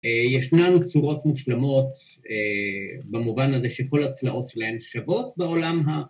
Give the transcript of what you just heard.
‫ישנן צורות מושלמות במובן הזה ‫שכל הצלעות שלהן שוות בעולם ה...